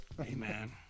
Amen